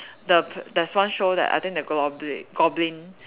the there's one show that I think the globli~ goblin